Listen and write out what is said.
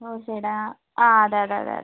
okay എടാ ആ അതെ അതെ അതെ അതെ